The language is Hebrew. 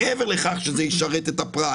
מעבר לכך שזה ישרת את הפרט.